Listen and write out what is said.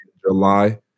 July